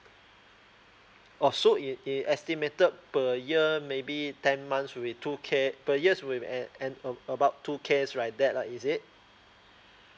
oh so it it estimated per year maybe ten months will be two K per year will be an an a about two K like that is it